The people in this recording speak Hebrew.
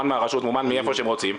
ממומן מאיפה שהם רוצים.